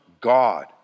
God